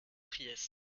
priest